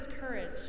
courage